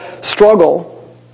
struggle